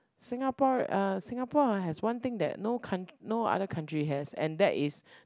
Singapore uh Singapore ah has one thing that no coun~ no other country has and that is